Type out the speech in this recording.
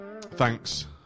thanks